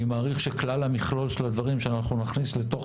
אני מעריך שמכלול הדברים שאנחנו נכניס לתוך